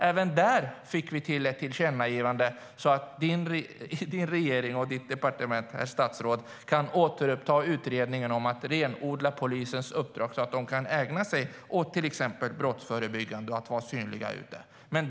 Även i den frågan fick utskottet fram ett tillkännagivande att statsrådets regering och departement ska återuppta utredningen om att renodla polisens uppdrag så att de kan ägna sig åt till exempel brottsförebyggande arbete och att vara synliga.